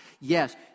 Yes